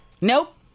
Nope